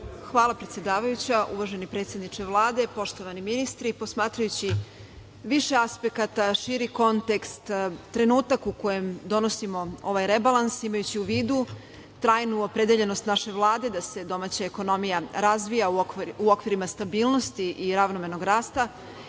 Hvala predsedavajuća. Uvaženi predsedniče Vlade, poštovani ministri, posmatrajući više aspekata, širi kontekst, trenutak u kojem donosimo ovaj rebalans imajući u vidu trajnu opredeljenost naše vlade da se domaća ekonomija razvija u okvirima stabilnosti i ravnomernog rasta,